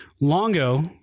Longo